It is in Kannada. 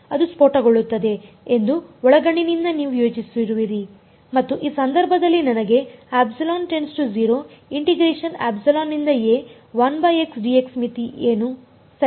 ಅದು ಸ್ಫೋಟಗೊಳ್ಳಬೇಕು ಎಂದು ಒಳಗಣ್ಣಿನಿಂದ ನೀವು ಯೋಚಿಸುವಿರಿ ಮತ್ತು ಈ ಸಂದರ್ಭದಲ್ಲಿ ನನಗೆ ಮಿತಿ ಏನು ಸರಿ